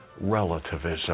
relativism